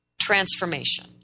transformation